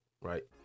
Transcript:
Right